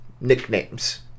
Nicknames